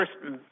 first